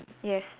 yes